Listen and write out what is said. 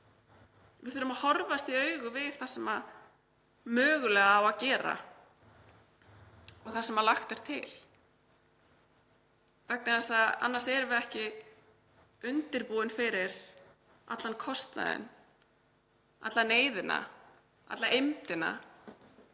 Við þurfum að horfast í augu við það sem mögulega á að gera og það sem lagt er til vegna þess að annars erum við ekki undirbúin fyrir allan kostnaðinn, alla neyðina, alla eymdina